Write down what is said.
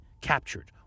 captured